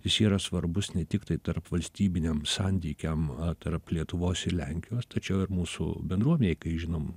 jis yra svarbus ne tiktai tarpvalstybiniam santykiam tarp lietuvos ir lenkijos tačiau ir mūsų bendruomenei kai žinom